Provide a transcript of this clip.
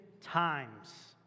times